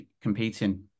competing